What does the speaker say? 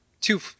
two